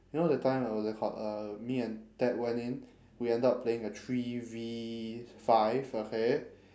you know that time uh what was it called uh me and ted went in we ended up playing a three V five okay